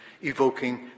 evoking